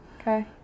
Okay